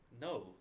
No